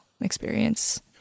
experience